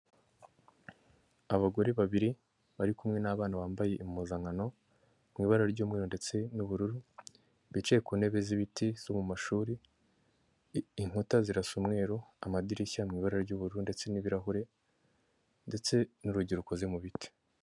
Abagore babiri bari kumwe n'abana bambaye impuzankano mu ibara ry'umweru ndetse n'ubururu, bicaye ku ntebe z'ibiti zo mu mashuri, inkuta zirasa umweru amadirishya mu ibara ry'uburu ndetse n'ibirahure ndetse n'urugi rukoze mu biti.